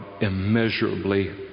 immeasurably